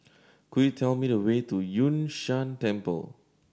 could you tell me the way to Yun Shan Temple